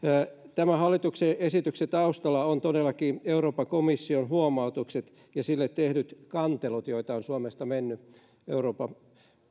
tämän hallituksen esityksen taustalla on todellakin euroopan komission huomautukset ja sille tehdyt kantelut joita on suomesta mennyt euroopan